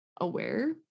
aware